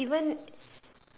because even